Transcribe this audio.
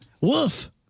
Wolf